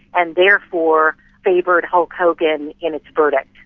and therefore favoured hulk hogan in its verdict.